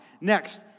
Next